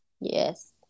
yes